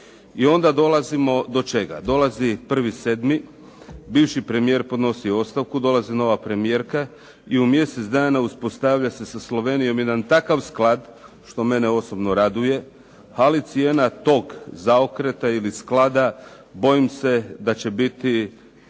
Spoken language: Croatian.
I onda dolazimo do čega? Dolazi 1.7. bivši premijer podnosi ostavku. Dolazi nova premijerka i u mjesec dana uspostavlja se sa Slovenijom jedan takav sklad što mene osobno raduje, ali cijena tog zaokreta ili sklada bojim se da će biti